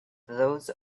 those